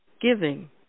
giving